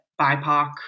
BIPOC